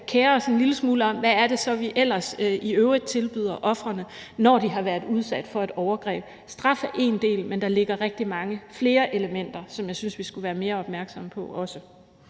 kere os en lille smule om, hvad det så er, vi ellers i øvrigt tilbyder ofrene, når de har været udsat for et overgreb. Straf er én del, men der ligger rigtig mange flere elementer, som jeg synes vi skulle være mere opmærksomme på også.